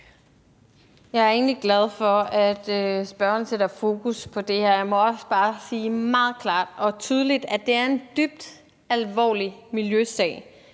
Jeg er egentlig glad for, at spørgeren sætter fokus på det her. Jeg må også bare sige meget klart og tydeligt, at det er en dybt alvorlig miljøsag,